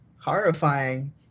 horrifying